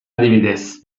adibidez